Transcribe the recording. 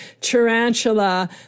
tarantula